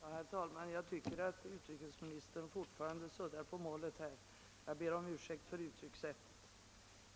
Herr talman! Jag tycker fortfarande att utrikesministern svävar på målet — jag ber om ursäkt för uttrycket.